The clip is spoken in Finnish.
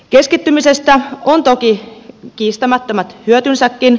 keskittymisestä on toki kiistämättömät hyötynsäkin